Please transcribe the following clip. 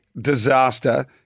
disaster